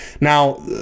Now